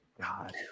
God